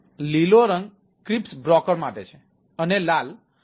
લીલો રંગ વ્યવસ્થિત બ્રોકર માટે છે અને લાલ અસ્પષ્ટ છે